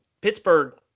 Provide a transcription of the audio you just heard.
Pittsburgh